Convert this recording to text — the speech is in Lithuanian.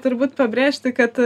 turbūt pabrėžti kad